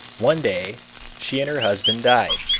one day she and her husband died.